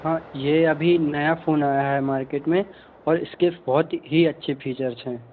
हाँ ये अभी नया फ़ोन आया है मार्केट में और इसके बहुत ही अच्छे फीचर्स हैं